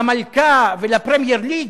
למלכה ול"פרמייר ליג"?